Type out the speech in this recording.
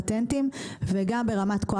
יחד עם ות"ת אנחנו עובדים על תוכניות